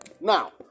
Now